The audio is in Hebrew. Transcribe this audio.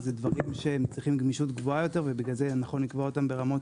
זה דברים שמצריכים גמישות גבוהה יותר ולכן יכלו לקבוע אותם ברמות